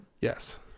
Yes